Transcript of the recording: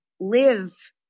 live